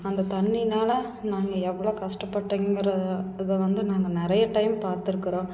அந்த தண்ணியினால நாங்கள் எவ்வளோ கஷ்டப்பட்டோங்கிற இதை வந்து நாங்கள் நிறைய டைம் பார்த்துருக்குறோம்